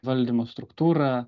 valdymo struktūrą